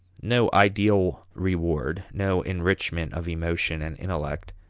no ideal reward, no enrichment of emotion and intellect,